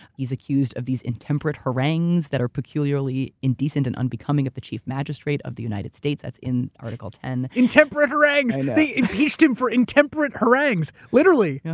he's accused of these intemperate harangues that are peculiarly indecent and unbecoming of the chief magistrate of the united states. that's in article ten. intemperate harangues, they impeached him for intemperate harangues, literally! yeah